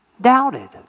doubted